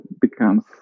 becomes